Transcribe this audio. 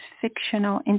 fictional